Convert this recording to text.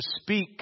speak